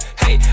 hey